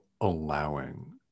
allowing